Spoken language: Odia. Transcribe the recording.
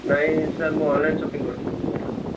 ନାଇଁ ସାର୍ ମୁଁ ଅନଲାଇନ୍ ସପିଂ କରିଥିଲି ମୋବାଇଲ୍ଟାକୁ